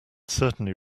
certainly